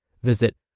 Visit